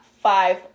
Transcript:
five